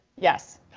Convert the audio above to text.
Yes